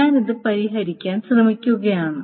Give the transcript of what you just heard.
ഞാൻ ഇത് പരിഹരിക്കാൻ ശ്രമിക്കുകയാണ്